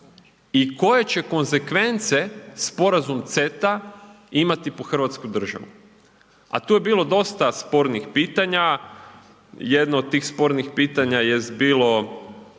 i koje će konsekvence Sporazum CETA imati po Hrvatsku državu. A tu je bilo dosta spornih pitanja, jedno od tih spornih pitanje jest bilo